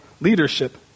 leadership